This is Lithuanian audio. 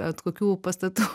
ant kokių pastatų